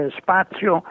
spazio